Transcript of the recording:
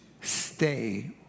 stay